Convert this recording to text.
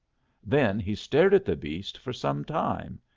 then he stared at the beast for some time.